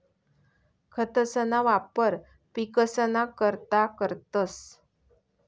खतंसना वापर पिकसना करता करतंस